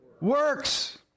works